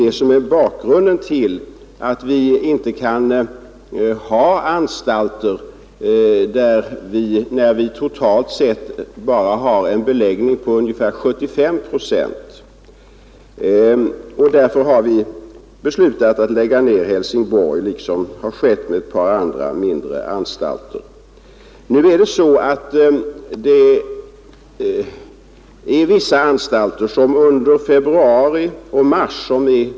Detta är bakgrunden till att vi inte kan ha anstalter där vi har en Fredagen den total beläggning på 75 procent. Därför har vi beslutat att lägga ned 7 april 1972 Helsingborgsanstalten, vilket även skett i fråga om ett par andra mindre anstalter. Vissa anstalter är emellertid under februari och mars överbelagda.